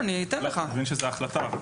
אני מבין שזאת החלטה.